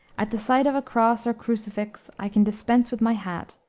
at the sight of a cross, or crucifix, i can dispense with my hat,